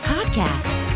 Podcast